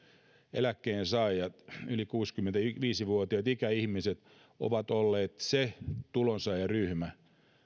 eläkkeensaajat yli kuusikymmentäviisi vuotiaat ikäihmiset ovat olleet se tulonsaajaryhmä